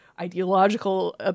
ideological